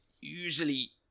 usually